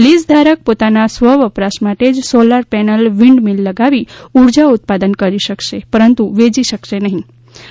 lease ધારક પોતાના સ્વ વપરાશ માટે જ સોલાર પેનલ વીન્ડ મીલ લગાવી ઊર્જા ઉત્પાદન કરી શકશે પરંતુ વેચી નહિ શકે